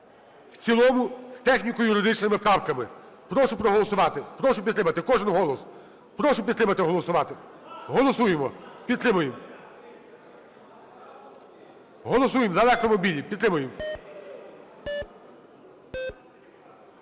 в цілому з техніко-юридичними правками. Прошу проголосувати. Прошу підтримати. Кожен голос! Прошу підтримати, голосувати. Голосуємо. Підтримуємо. Голосуємо за електромобілі, підтримуємо.